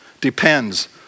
depends